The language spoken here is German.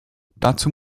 dazu